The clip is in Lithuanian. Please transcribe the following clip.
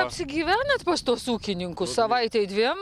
apsigyvenot pas tuos ūkininkus savaitei dviem